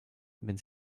wenn